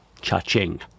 cha-ching